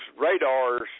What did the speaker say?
radars